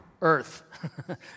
earth